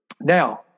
Now